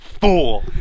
fool